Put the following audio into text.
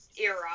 era